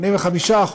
85%,